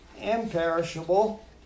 imperishable